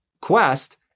Quest